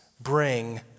bring